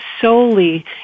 solely